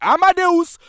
Amadeus